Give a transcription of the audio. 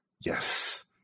Yes